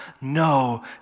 no